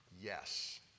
Yes